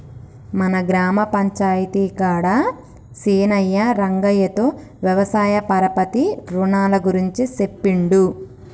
మన గ్రామ పంచాయితీ కాడ సీనయ్యా రంగయ్యతో వ్యవసాయ పరపతి రునాల గురించి సెప్పిండు